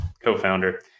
co-founder